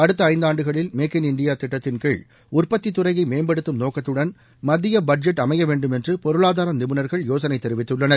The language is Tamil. அடுத்த ஐந்தாண்டுகளில் மேக்கின் இந்தியா திட்டத்தின் கீழ உற்பத்தி துறையை மேம்படுத்தும் நோக்கத்துடன் மத்திய பட்ஜெட் அமைய வேண்டுமென்று பொருளாதார நிபுணர்கள் யோசனை தெரிவித்துள்ளனர்